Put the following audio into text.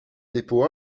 dépôt